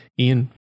Ian